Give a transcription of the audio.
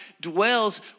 dwells